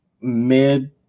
mid